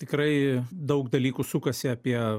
tikrai daug dalykų sukasi apie